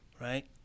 right